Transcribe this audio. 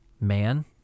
man